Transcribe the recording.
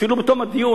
אפילו בתום הדיון.